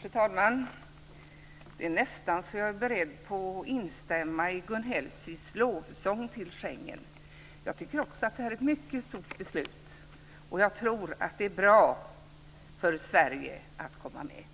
Fru talman! Det är nästan så att jag är beredd att instämma i Gun Hellsviks lovsång till Schengen. Jag tycker också att detta är ett mycket stort beslut, och jag tror att det är bra för Sverige att komma med.